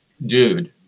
dude